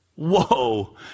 whoa